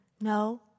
No